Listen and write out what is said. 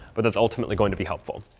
but that's ultimately going to be helpful.